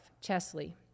Chesley